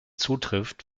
zutrifft